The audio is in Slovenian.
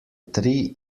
tri